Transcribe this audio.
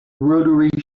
rotary